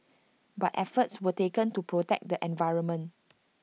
but efforts were taken to protect the environment